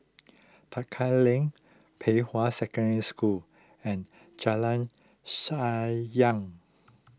Tekka Lane Pei Hwa Secondary School and Jalan Sayang